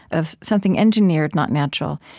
of something engineered, not natural,